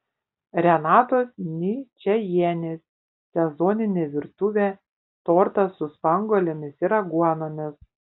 renatos ničajienės sezoninė virtuvė tortas su spanguolėmis ir aguonomis